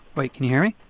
wait can you hear me?